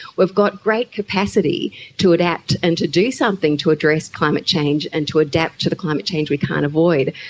we've got great capacity to adapt and to do something to address climate change and to adapt to the climate change we can't avoid.